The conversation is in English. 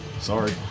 Sorry